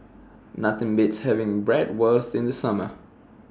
Nothing Beats having Bratwurst in The Summer